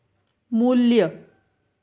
मू्ल्य